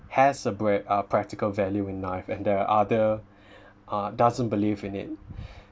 has a prac~ uh practical value in life and there are other uh doesn't believe in it